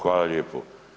Hvala lijepo.